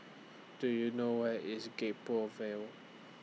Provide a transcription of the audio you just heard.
Do YOU know Where IS Gek Poh Ville